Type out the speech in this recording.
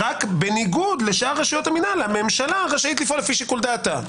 ובניגוד לשאר רשויות המינהל הממשלה רשאית לפעול לפי שיקול דעתה.